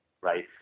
right